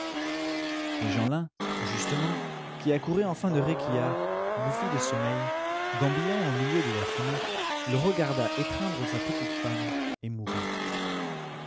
et jeanlin justement qui accourait enfin de réquillart bouffi de sommeil gambillant au milieu de la fumée le regarda étreindre sa petite femme et mourir